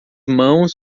mãos